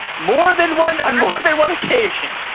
more than one and than one occasion.